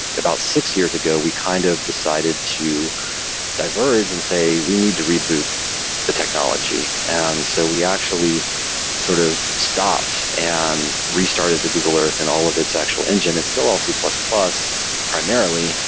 about six years ago we kind of decided to diverge and say, we need to reboot the technology and so we actually sort of stopped and restarted the google earth and all of its actual engine. it's still all c plus plus primarily,